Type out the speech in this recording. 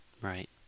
right